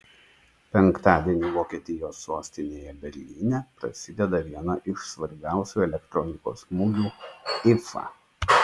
penktadienį vokietijos sostinėje berlyne prasideda viena iš svarbiausių elektronikos mugių ifa